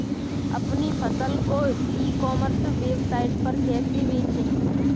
अपनी फसल को ई कॉमर्स वेबसाइट पर कैसे बेचें?